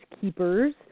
Keepers